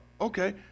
Okay